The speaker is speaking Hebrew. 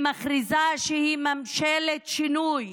היא מכריזה שהיא ממשלת שינוי.